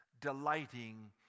Delighting